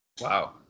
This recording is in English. Wow